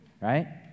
right